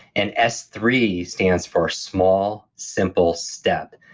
and s three stands for small, simple, step.